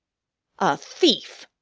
a thief!